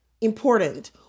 important